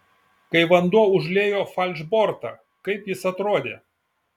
kai vanduo užliejo falšbortą kaip jis atrodė